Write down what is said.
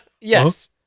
Yes